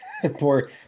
poor